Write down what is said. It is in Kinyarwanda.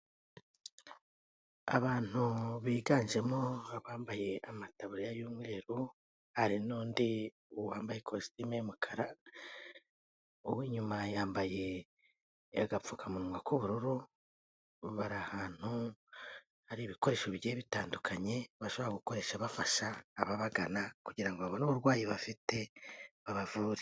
Abantu biganjemo ambaye amataburiya y'umweru n'undi wambaye ikositimu y'umukara, uw'inyuma yambaye agapfukamunwa k'ubururu, bari ahantu hari ibikoresho bigiye bitandukanye bashobora gukoresha bafasha ababagana, kugira babone uburwayi bafite babavure.